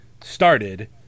started